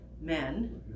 men